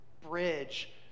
bridge